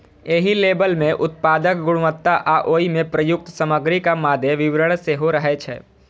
एहि लेबल मे उत्पादक गुणवत्ता आ ओइ मे प्रयुक्त सामग्रीक मादे विवरण सेहो रहै छै